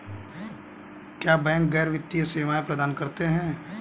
क्या बैंक गैर वित्तीय सेवाएं प्रदान करते हैं?